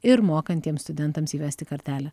ir mokantiems studentams įvesti kartelę